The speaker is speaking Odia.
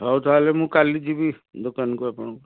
ହେଉ ତା'ହେଲେ ମୁଁ କାଲି ଯିବି ଦୋକାନକୁ ଆପଣଙ୍କ